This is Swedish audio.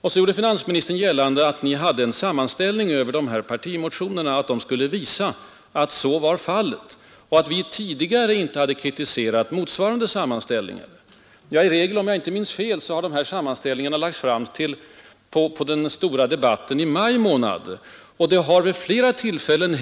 Och finansministern meddelade att han hade en sammanställning av våra partimotioner som skulle visa att överbudet var så stort och att vi tidigare inte hade kunnat gendriva motsvarande sammanställningar av våra motioner. Om jag inte minns fel så har sådana sammanställningar lagts fram först vid den stora debatten i slutet av maj månad. Och vi har faktiskt vid flera tillfällen